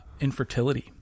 infertility